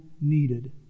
needed